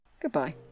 Goodbye